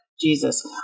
Jesus